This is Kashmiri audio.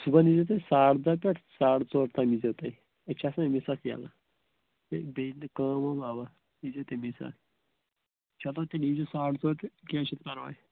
صُبحَن یِیِو تُہۍ ساڑ دَہ پٮ۪ٹھ ساڑ ژور تام ییٖزیو تُہۍ أسۍ چھِ آسان اَمی ساتہٕ یَلہٕ ہے بیٚیہِ نہٕ کٲم وٲم اَوا ییٖزیو تَمی ساتہٕ چَلو تہٕ ساڑ ژور تہٕ کینٛہہ چھِنہٕ پَرواے